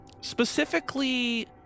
Specifically